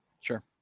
sure